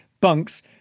bunks